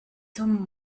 zum